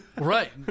Right